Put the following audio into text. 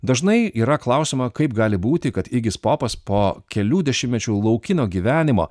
dažnai yra klausiama kaip gali būti kad įgis popas po kelių dešimtmečių laukinio gyvenimo